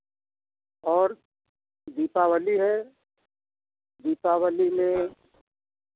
और दीपावली है दीपावली में